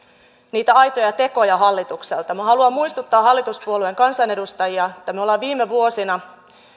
niitä aitoja tekoja hallitukselta minä haluan muistuttaa hallituspuolueiden kansanedustajia että me olemme viime vuosina